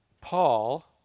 Paul